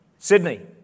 Sydney